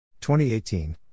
2018